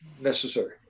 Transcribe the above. necessary